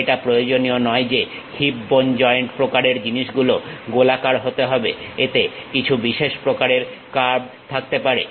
এটা প্রয়োজনীয় নয় যে হিপ বোন জয়েন্ট প্রকারের জিনিসগুলো গোলাকার হতে হবে এতে কিছু বিশেষ প্রকারের কার্ভ থাকতে পারে